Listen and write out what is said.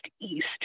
east